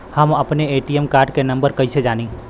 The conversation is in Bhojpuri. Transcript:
हम अपने ए.टी.एम कार्ड के नंबर कइसे जानी?